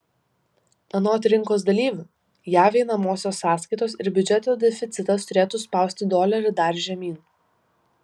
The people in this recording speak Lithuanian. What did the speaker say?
anot rinkos dalyvių jav einamosios sąskaitos ir biudžeto deficitas turėtų spausti dolerį dar žemyn